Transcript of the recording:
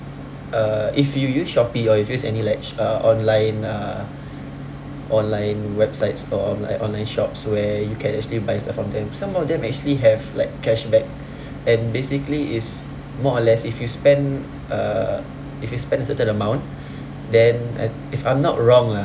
uh if you use Shopee or if you use any like sh~ uh online uh online website store online online shops where you can actually buy stuff from them some of them actually have like cashback and basically it's more or less if you spend uh if you spend a certain amount then and if I'm not wrong lah